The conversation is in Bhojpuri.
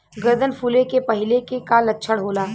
गर्दन फुले के पहिले के का लक्षण होला?